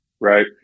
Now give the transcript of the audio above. Right